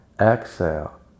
exhale